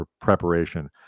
preparation